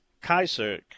Kaiser